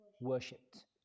worshipped